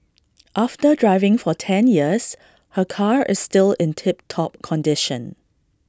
after driving for ten years her car is still in tip top condition